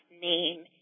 name